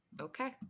Okay